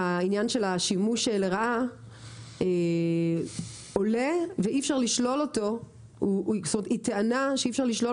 העניין של השימוש לרעה עולה ואי אפשר לשלול אותו היא טענה שאי אפשר לשלול